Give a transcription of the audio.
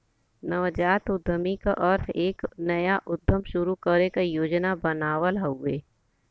नवजात उद्यमी क अर्थ एक नया उद्यम शुरू करे क योजना बनावल हउवे